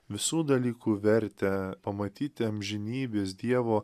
visų dalykų vertę pamatyti amžinybės dievo